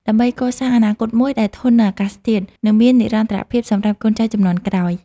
ដើម្បីកសាងអនាគតមួយដែលធន់នឹងអាកាសធាតុ និងមាននិរន្តរភាពសម្រាប់កូនចៅជំនាន់ក្រោយ។